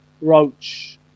Roach